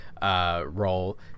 Role